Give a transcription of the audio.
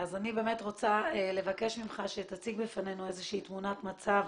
אני רוצה לבקש ממך שתציג בפנינו איזושהי תמונת מצב